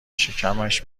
شکمش